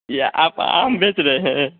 या आप आम बेच रहे हैं